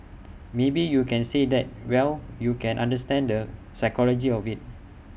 maybe you can say that well you can understand the psychology of IT